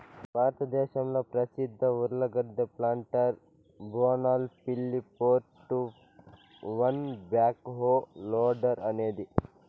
భారతదేశంలో ప్రసిద్ధ ఉర్లగడ్డ ప్లాంటర్ బోనాల్ పిల్లి four two one backhoe loader అనేది